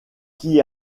qui